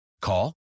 Call